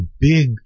big